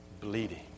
bleeding